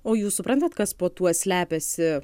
o jūs suprantat kas po tuo slepiasi